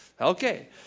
Okay